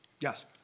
Yes